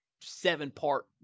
seven-part